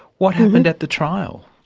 what happened at the trial?